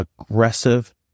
aggressive